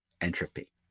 entropy